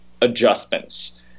adjustments